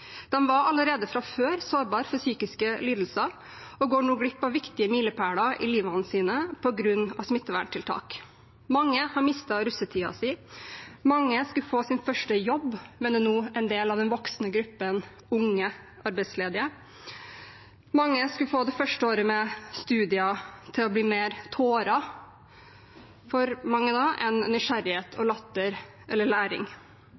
var allerede fra før sårbare for psykiske lidelser, og går nå glipp av viktige milepæler i livet sitt på grunn av smitteverntiltak. Mange har mistet russetiden sin, mange skulle få sin første jobb, men er nå en del av den voksende gruppen unge arbeidsledige. For mange skulle det første året med studier komme til å bli mer tårer enn nysgjerrighet, latter eller læring.